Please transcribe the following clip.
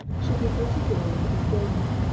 should be particularly examined.